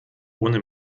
ohne